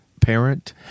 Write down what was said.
parent